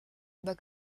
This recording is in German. über